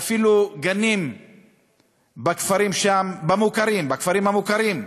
שאפילו גנים בכפרים שם, בכפרים המוכרים,